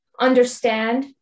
understand